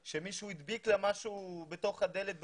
שמישהו הדביק לה משהו בתוך הדלת,